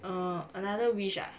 err another wish ah